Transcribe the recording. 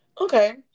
Okay